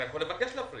אתה יכול לבקש להפריד.